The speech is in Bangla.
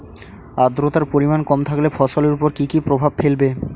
আদ্রর্তার পরিমান কম থাকলে ফসলের উপর কি কি প্রভাব ফেলবে?